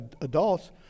adults